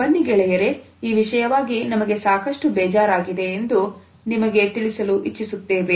ಬನ್ನಿ ಗೆಳೆಯರೇ ಈ ವಿಷಯವಾಗಿ ನಮಗೆ ಸಾಕಷ್ಟು ಬೇಜಾರಾಗಿದೆ ಎಂದು ನಿಮಗೆ ತಿಳಿಸಲು ಇಚ್ಚಿಸುತ್ತೇವೆ